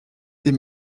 des